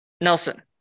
Nelson